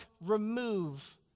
remove